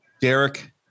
derek